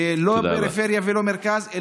ולא פריפריה ולא מרכז.